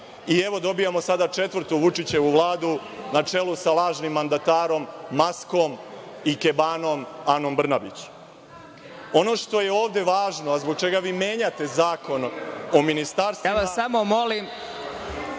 i evo, dobijamo sada i četvrtu Vučićevu Vladu, na čelu sa lažnim mandatarom, maskom, ikebanom, Anom Brnabić. Ono što je ovde važno, a zbog čega vi menjate Zakon o ministarstvima… **Vladimir